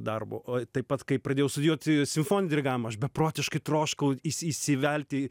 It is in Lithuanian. darbo o taip pat kai pradėjau studijuoti simfoninį dirigavimą aš beprotiškai troškau įsivelti